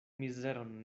mizeron